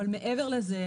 אבל מעבר לזה,